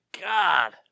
god